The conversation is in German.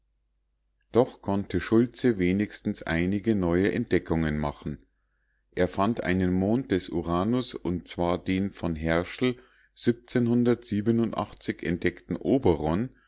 doch konnte schultze wenigstens einige neue entdeckungen machen er fand einen mond des uranus und zwar den von herschel entdeckten oberon